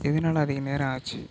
எதனால அதிக நேரம் ஆச்சு